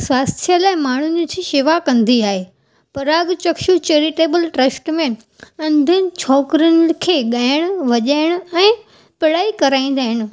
स्वास्थ्य लाइ माण्हुनि जी शेवा कंदी आहे पराॻ चक्षु चेरीटेॿल ट्रस्ट में अंधियुनि छोकिरियुनि खे ॻाइण वॼाइण ऐं पढ़ाई कराईंदा आहिनि